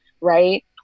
right